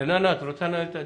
רננה, את רוצה לנהל את הדיון?